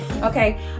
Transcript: Okay